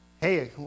Hey